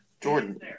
Jordan